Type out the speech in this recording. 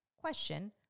Question